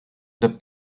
the